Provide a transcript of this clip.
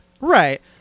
Right